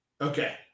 Okay